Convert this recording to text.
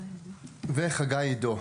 חגי עידו.